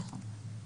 נכון.